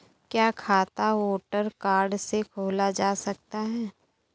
क्या खाता voter card से खोला जा सकता है?